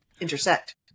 intersect